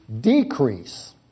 decrease